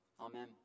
Amen